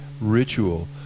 ritual